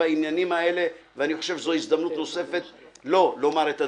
העניינים האלה ואני חושב שזו הזדמנות נוספת לו לומר את הדברים.